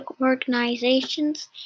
organizations